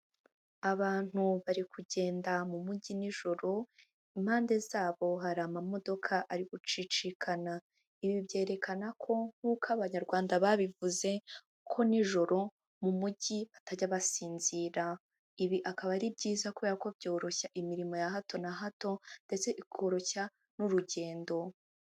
Abantu bari kugenda mu mujyi nijoro, impande zabo hari amamodoka ari gucicikana, ibi byerekana ko nk'uko Abanyarwanda babivuze ko nijoro mu mujyi batajya basinzira, ibi akaba ari byiza kubera ko byoroshya imirimo ya hato na hato ndetse ikoroshya n'urugendo.